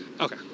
Okay